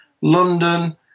London